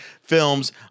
Films